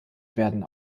werden